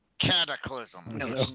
Cataclysm